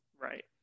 Right